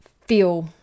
feel